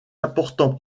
important